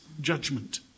judgment